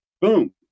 boom